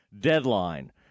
deadline